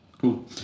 Cool